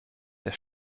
der